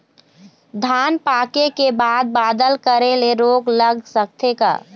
धान पाके के बाद बादल करे ले रोग लग सकथे का?